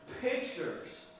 pictures